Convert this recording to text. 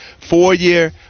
four-year